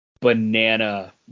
banana